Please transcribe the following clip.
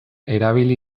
erabili